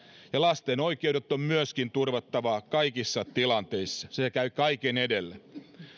ja lasten oikeudet on myöskin turvattava kaikissa tilanteissa se käy kaiken edelle